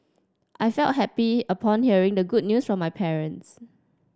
I felt happy upon hearing the good news from my parents